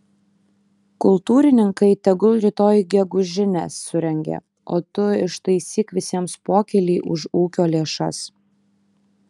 kultūrininkai tegul rytoj gegužinę surengia o tu ištaisyk visiems pokylį už ūkio lėšas